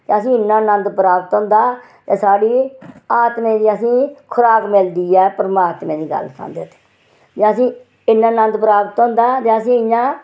ते असेंगी इन्ना नंद प्राप्त होंदा ते साढ़ी आत्मा दी असेंगी खुराक मिलदी ऐ परमात्मा दी गल्ल सनांदे उत्थै ते असेंगी इन्ना नन्द प्राप्त हुंदा ते असें इ'यां